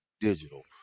Digital